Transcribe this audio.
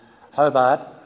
Hobart